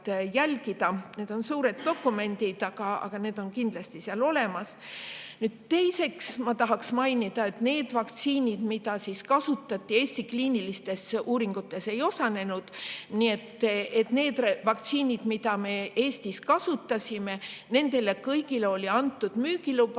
Need on suured dokumendid, aga need on kindlasti seal olemas. Teiseks ma tahaksin mainida, et need vaktsiinid, mida kasutati … Eesti kliinilistes uuringutes ei osalenud, aga nendele vaktsiinidele, mida me Eestis kasutasime, kõigile oli antud müügiluba.